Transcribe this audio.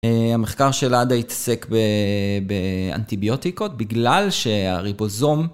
המחקר של עדה התעסק באנטיביוטיקות בגלל שהריבוזום...